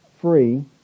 free